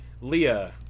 Leah